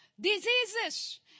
Diseases